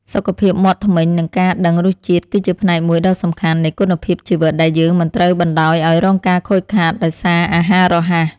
សុខភាពមាត់ធ្មេញ និងការដឹងរសជាតិគឺជាផ្នែកមួយដ៏សំខាន់នៃគុណភាពជីវិតដែលយើងមិនត្រូវបណ្តោយឲ្យរងការខូចខាតដោយសារអាហាររហ័ស។